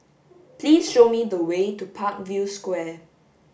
please show me the way to Parkview Square